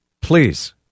Please